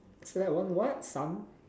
select one what sun